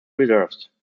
reserves